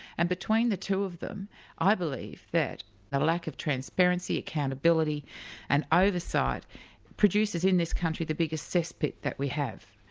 and between the two of them i believe that the lack of transparency, accountability accountability and oversight produces in this country the biggest cesspit that we have.